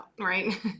right